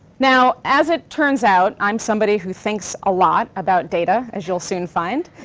now as it turns out, i'm somebody who thinks a lot about data, as you'll soon find.